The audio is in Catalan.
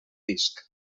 disc